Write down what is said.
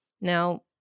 Now